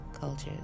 cultures